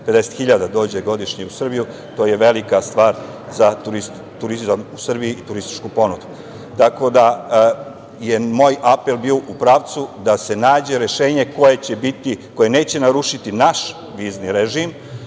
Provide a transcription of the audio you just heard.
50.000 godišnje dođe u Srbiju, to je velika stvar za turizam u Srbiji i turističku ponudu. Tako da, moj apel je bio u pravcu da se nađe rešenje koje neće narušiti naš vizni režim,